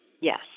Yes